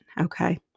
okay